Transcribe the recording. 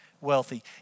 wealthy